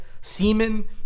semen